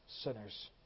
sinners